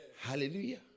Hallelujah